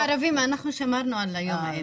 אנחנו שמרנו על יום האם.